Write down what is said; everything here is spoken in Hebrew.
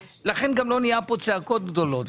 לכן גם לא נהיה פה צעקות גדולות.